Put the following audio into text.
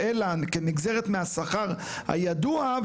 אלא כנגזרת מהשכר הידוע,